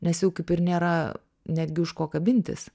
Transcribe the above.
nes jau kaip ir nėra netgi už ko kabintis